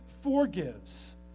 forgives